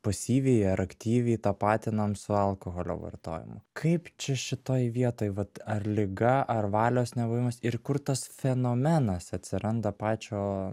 pasyviai ar aktyviai tapatinam su alkoholio vartojimu kaip čia šitoj vietoj vat ar liga ar valios nebuvimas ir kur tas fenomenas atsiranda pačio